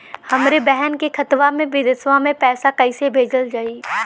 हमरे बहन के खाता मे विदेशवा मे पैसा कई से भेजल जाई?